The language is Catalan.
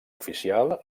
oficial